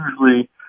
usually